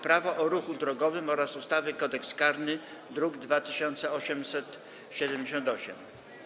Prawo o ruchu drogowym oraz ustawy Kodeks karny, druk nr 2878.